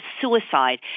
suicide